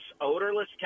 odorless